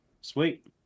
Sweet